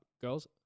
girls